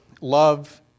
Love